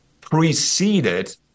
preceded